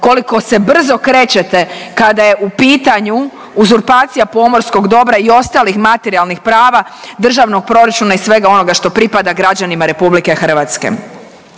koliko se brzo krećete kada je u pitanju uzurpacija pomorskog dobra i ostalih materijalnih prava, Državnog proračuna i svega onoga što pripada građanima RH. Znakovito